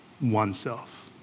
oneself